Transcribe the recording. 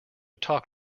talk